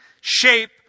shape